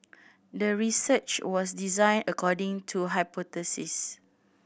the research was designed according to hypothesis